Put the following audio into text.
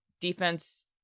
defense